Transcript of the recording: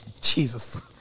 Jesus